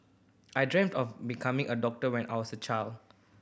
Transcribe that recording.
I dreamt of becoming a doctor when I was a child